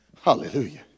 hallelujah